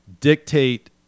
dictate